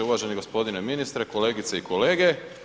Uvaženi gospodine ministre, kolegice i kolege.